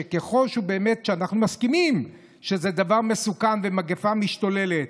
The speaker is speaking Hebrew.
ככל שבאמת אנחנו מסכימים שזה דבר מסוכן ומגיפה משתוללת,